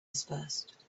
dispersed